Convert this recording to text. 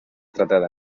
tratada